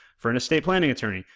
for an estate planning attorney,